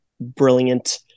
brilliant